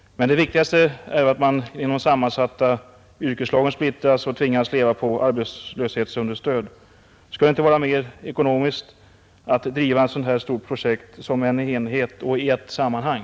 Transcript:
Men det viktigaste är att de sammansatta yrkeslagen splittrats och tvingas leva på arbetslöshetsunderstöd. Skulle det inte vara mer ekonomiskt att driva ett sådant här stort projekt som en enhet och i ett sammanhang?